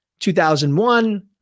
2001